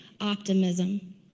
optimism